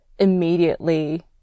immediately